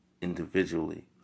individually